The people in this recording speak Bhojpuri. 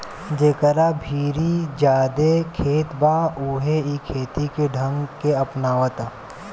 जेकरा भीरी ज्यादे खेत बा उहे इ खेती के ढंग के अपनावता